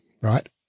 Right